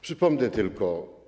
Przypomnę tylko.